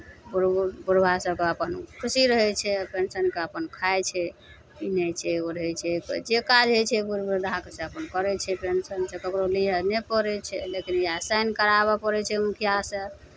बूढ़ बुढ़बा सभके अपन खुशी रहै छै पेंशनके अपन खाइ छै पिन्है छै ओढ़ै छै जे काज होइ छै बूढ़ वृद्धाकेँ से अपन करै छै पेंशनसँ ककरो लिअ नहि पड़ै छै लेकिन इएह साइन कराबय पड़ै छै मुखियासँ